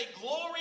glory